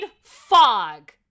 fog